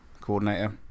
coordinator